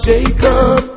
Jacob